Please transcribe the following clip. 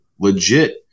legit